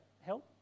help